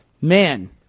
Man